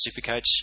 supercoach